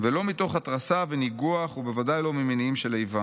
ולא מתוך התרסה וניגוח ובוודאי לא ממניעים של איבה.